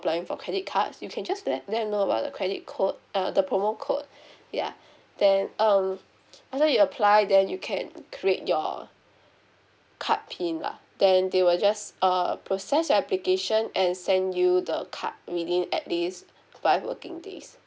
applying for credit cards you can just let them know about the credit code uh the promo code ya then um after you apply then you can create your card PIN lah then they will just err process your application and send you the card within at least five working days